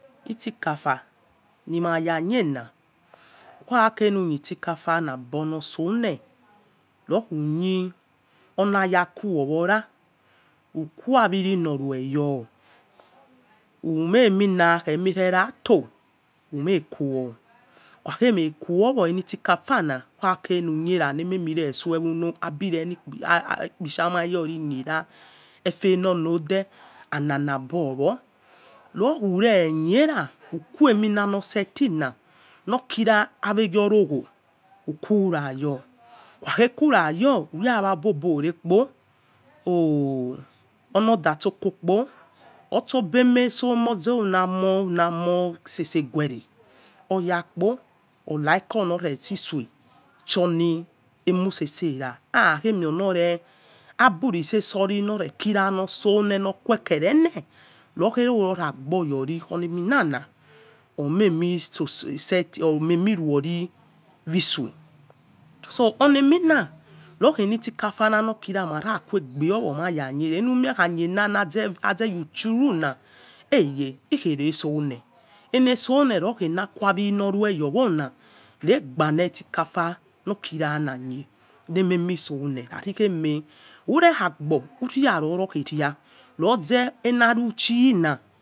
Isikafa ni ma ya khe na ukha kere lukhe isikafa nebolosoye louchi olakuowora, ukha wici wokwe yo, umay mina khe eme rera to umaykho ukhaghe may kho aini isikafa na ukha kere ma onekhe efe lonode alala bowo rokhi ure khera ukhuemi no seti nawe ghoi orogho ukurayo ukhaghe kura yo, unwa ebobo orere kpo oh!, oloda so kokpo, ebemeso namu namo seseghere oya kpo olike yo nor esue shoni umu itse ra akhage mos kira nosol loqukerele nokhe ino ragbo ghoi ornanima ornamina nokhi ele isikafa ma kha kuegbe owo mara khe, hieza yo ulemie khua noza rushuci una iyekhire solel elesole nikhini khawi, no rew rowona nogba le isikafa no kira ra khe lekhema sole khairi eme ure agbo ura no roghe ra ena ashi na woyal.